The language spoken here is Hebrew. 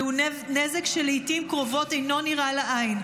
זהו נזק שלעיתים קרובות אינו נראה לעין,